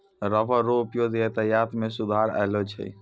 rubber रो उपयोग यातायात मे सुधार अैलौ छै